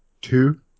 two